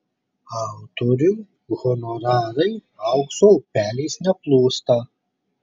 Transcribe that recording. autoriui honorarai aukso upeliais neplūsta